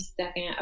second